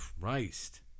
Christ